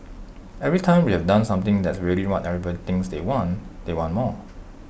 every time we have done something that's really what everybody thinks they want they want more